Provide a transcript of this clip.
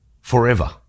forever